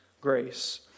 Grace